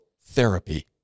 therapy